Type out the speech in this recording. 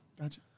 Gotcha